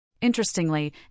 Interestingly